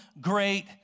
great